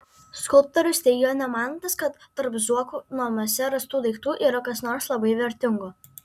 skulptorius teigia nemanantis kad tarp zuokų namuose rastų daiktų yra kas nors labai vertingo